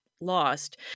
lost